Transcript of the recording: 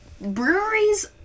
breweries